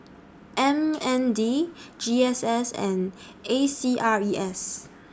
M N D G S S and A C R E S